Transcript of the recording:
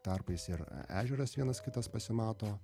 tarpais ir ežeras vienas kitas pasimato